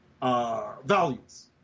values